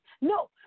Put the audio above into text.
No